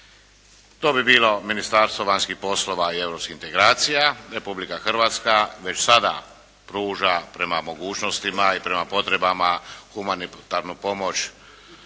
to bi bilo Ministarstvo vanjskih poslova i Europskih integracija. Republika Hrvatska već sada pruža prema mogućnostima i prema potrebama humanitarnu pomoć